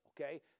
okay